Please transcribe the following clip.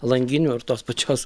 langinių ir tos pačios